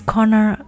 Corner